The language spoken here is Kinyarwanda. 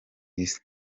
isi